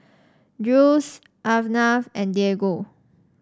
Jules Arnav and Diego